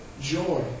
joy